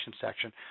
section